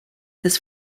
this